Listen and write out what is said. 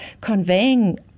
conveying